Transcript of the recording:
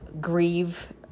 grieve